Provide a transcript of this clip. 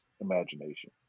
imagination